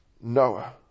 Noah